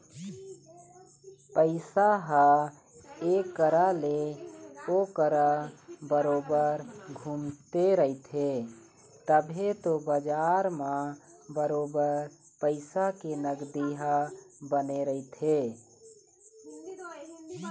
पइसा ह ऐ करा ले ओ करा बरोबर घुमते रहिथे तभे तो बजार म बरोबर पइसा के नगदी ह बने रहिथे